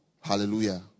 Hallelujah